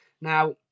Now